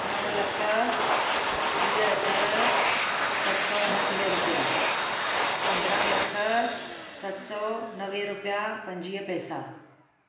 नव लख वीह हज़ार सत सौ उणिटीह रूपिया पंद्रहं लख सत सौ नवे रूपिया पंजवीह पैसा